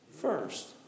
first